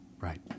Right